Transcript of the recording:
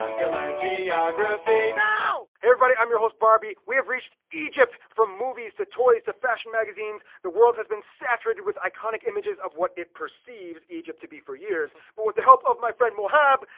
and to learn geography. now! hey everybody, i'm your host barby. we have reached egypt! from movies to toys to fashion magazines, the world has been saturated with iconic images of what it perceives egypt to be for years, but with the help of my friend mohab,